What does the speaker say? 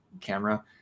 camera